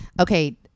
okay